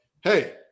hey